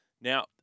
Now